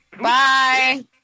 Bye